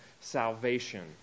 salvation